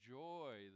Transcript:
joy